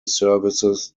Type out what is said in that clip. services